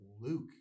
Luke